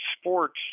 sports